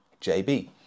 JB